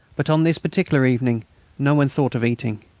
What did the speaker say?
but on this particular evening no one thought of eating.